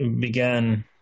began